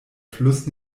fluss